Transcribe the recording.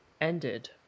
ended